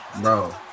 Bro